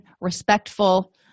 respectful